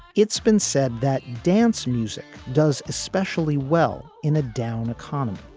it's been said that dance music does especially well in a down economy.